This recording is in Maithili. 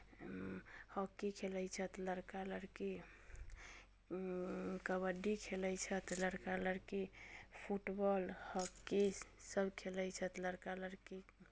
हॉकी खेलैत छथि लड़का लड़की कबड्डी खेलैत छथि लड़का लड़की फुटबॉल हॉकी सभ खेलैत छथि लड़का लड़की